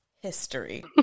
history